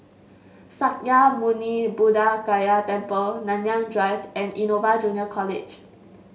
Sakya Muni Buddha Gaya Temple Nanyang Drive and Innova Junior College